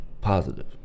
positive